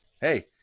hey